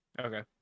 Okay